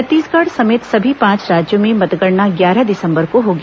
छत्तीसगढ़ समेत सभी पांच राज्यों में मतगणना ग्यारह दिसम्बर को होगी